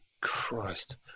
Christ